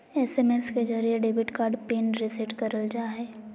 SMS के जरिये debit card PIN reset करल जा हय